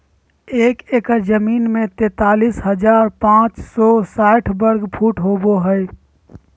एक एकड़ जमीन में तैंतालीस हजार पांच सौ साठ वर्ग फुट होबो हइ